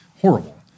horrible